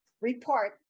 report